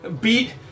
beat